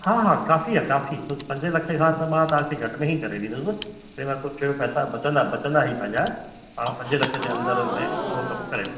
हा हा कॉफ़ी आहे कॉफ़ी आहे बसि पंजे लखे खां त मां तव्हांखे घटि में ई करे ॾींदुसि उनखां कुझु पैसा बचंदा बचंदा ई पंहिंजा पाण पंजे लखे ते अंदरि में पूरो कम करियो